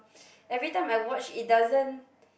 every time I watch it doesn't